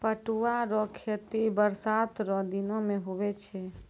पटुआ रो खेती बरसात रो दिनो मे हुवै छै